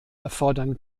erfordern